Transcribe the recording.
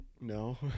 No